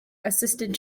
assisted